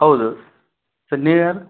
ಹೌದು ಸರ್ ನೀವು ಯಾರು